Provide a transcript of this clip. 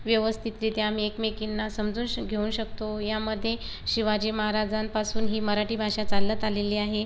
व्यवस्थितरीत्या आम्ही एकमेकींना समजून श घेऊ शकतो यामध्ये शिवाजी महाराजांपासून ही मराठी भाषा चालत आलेली आहे